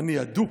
'אני אדוק',